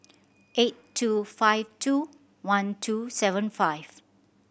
eight two five two one two seven five